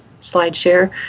SlideShare